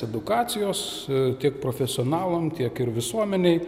edukacijos tiek profesionalam tiek ir visuomenei